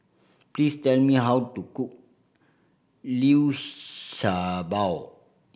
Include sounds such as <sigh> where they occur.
please tell me how to cook liu <unintelligible> sha bao